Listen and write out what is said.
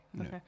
Okay